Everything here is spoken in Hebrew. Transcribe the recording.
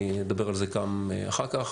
אני אדבר על זה אחר כך,